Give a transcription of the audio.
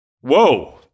Whoa